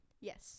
Yes